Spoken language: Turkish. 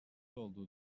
olduğu